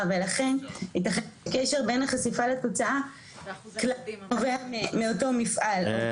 ולכן יתכן קשר בין החשיפה לתוצאה לא נובע מאותו מפעל,